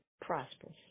prosperous